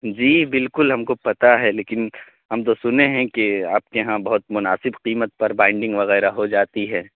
جی بالکل ہم کو پتہ ہے لیکن ہم تو سنے ہیں کہ آپ کے یہاں بہت مناسب قیمت پر بائنڈنگ وغیرہ ہو جاتی ہے